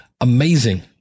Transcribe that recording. amazing